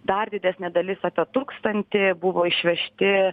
dar didesnė dalis apie tūkstantį buvo išvežti